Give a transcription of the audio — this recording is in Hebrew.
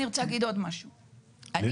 אני